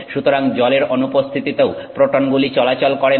সুতরাং জলের অনুপস্থিতিতে প্রোটনগুলি চলাচল করে না